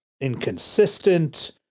inconsistent